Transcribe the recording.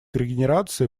регенерации